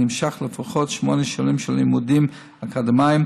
הנמשך לפחות שמונה שנים של לימודים אקדמיים